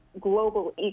global